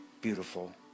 beautiful